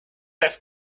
have